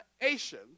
Asian